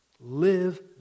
Live